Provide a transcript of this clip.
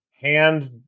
hand